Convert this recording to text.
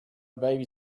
baby